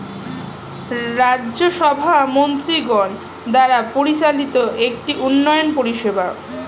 রাজ্য সভা মন্ত্রীগণ দ্বারা পরিচালিত একটি উন্নয়ন পরিষেবা